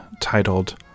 titled